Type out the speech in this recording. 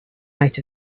out